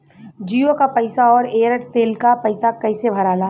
जीओ का पैसा और एयर तेलका पैसा कैसे भराला?